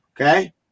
Okay